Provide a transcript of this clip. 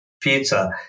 pizza